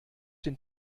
den